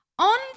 On